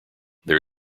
there